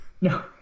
No